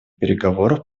переговоров